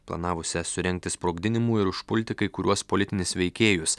planavusią surengti sprogdinimų ir užpulti kai kuriuos politinius veikėjus